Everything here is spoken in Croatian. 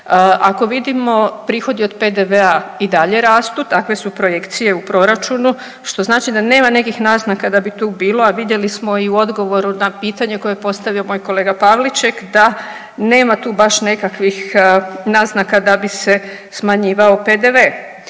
Ako vidimo prihodi od PDV-a i dalje rastu, takve su projekcije u proračunu što znači da nema nekih naznaka da bi tu bilo, a vidjeli smo i u odgovoru na pitanje koje je postavio moj kolega Pavliček da nema tu baš nekakvih naznaka da bi se smanjivao PDV